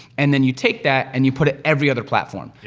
and then you take that, and you put it every other platform.